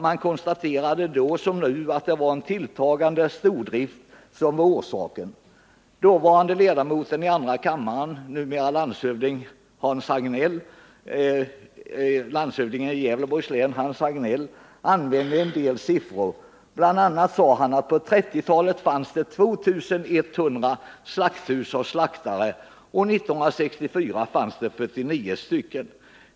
Man konstaterade då som nu att det var en tilltagande stordrift som var orsaken. Dåvarande ledamoten i andra kammaren, numera landshövdingen i Gävleborgs län, Hans Hagnell, använde en del siffror, bl.a. sade han att på 1930-talet fanns det 2 100 slakthus och slaktare — 1964 fanns det 49 st.